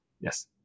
Yes